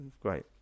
Great